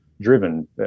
driven